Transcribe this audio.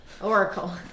Oracle